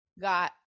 got